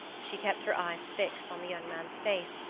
she kept her eyes fixed on the young man's face,